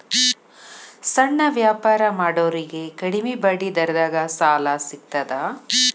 ಸಣ್ಣ ವ್ಯಾಪಾರ ಮಾಡೋರಿಗೆ ಕಡಿಮಿ ಬಡ್ಡಿ ದರದಾಗ್ ಸಾಲಾ ಸಿಗ್ತದಾ?